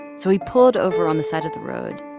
so he pulled over on the side of the road,